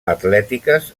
atlètiques